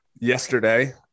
yesterday